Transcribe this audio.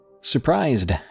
Surprised